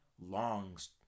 longs